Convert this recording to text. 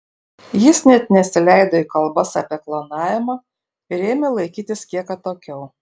jis net nesileido į kalbas apie klonavimą ir ėmė laikytis kiek atokiau